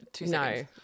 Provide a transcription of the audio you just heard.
No